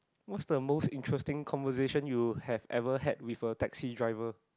what's the most interesting conversation you have ever had with a taxi driver